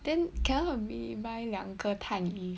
then cannot be buy 两个探鱼